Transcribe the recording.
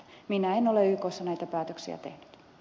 minä en ole ykssa näitä päätöksiä tehnyt